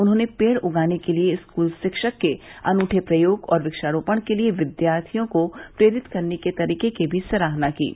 उन्होंने पेड़ उगाने के लिए स्कूल शिक्षक के अनूठे प्रयोग और क्षारोपण के लिए विद्यार्थियों को प्रेरित करने के तरीके की भी सराहना की है